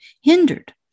hindered